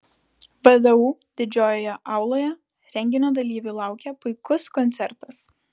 vdu didžiojoje auloje renginio dalyvių laukė puikus koncertas